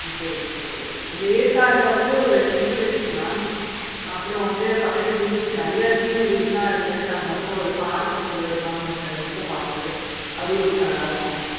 okay okay okay அங்கே ஏற்காட்டில் வந்து ஒரு டெம்பிள் இருக்குது மேம் அப்புறம் வந்து பக்கத்தில் ஹில்ஸ் நிறையா சீனெரிஸெலாம் இருக்குது நாங்கள் அப்புறம் ஒரு பார்க் இருக்குது கவுர்மெண்ட்டு இந்த பார்க்கு அதுவும் ரொம்ப நல்லாயிருக்கும்